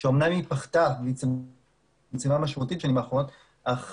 שאמנם היא פחתה משמעותית בשנים האחרונות אך